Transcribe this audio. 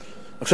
עכשיו,